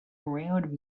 around